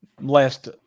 last